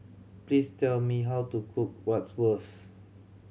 please tell me how to cook Bratwurst